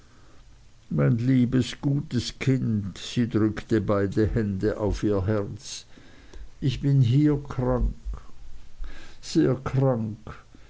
mein liebes gutes kind sie drückte beide hände auf ihr herz ich bin hier krank sehr krank